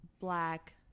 black